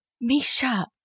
Misha